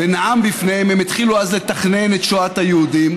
ונאם לפניהם, הם התחילו אז לתכנן את שואת היהודים,